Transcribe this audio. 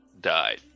died